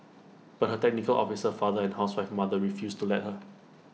but her technical officer father and housewife mother refused to let her